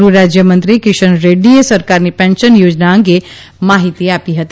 ગૃહરાજ્યમંત્રી કિશન રેડ્ડીએ સરકારની પેન્શન યોજના અંગે માહિતી આપી હતી